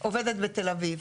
עובדת בתל אביב.